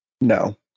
No